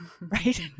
right